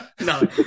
No